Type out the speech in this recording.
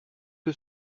que